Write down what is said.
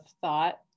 thought